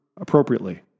appropriately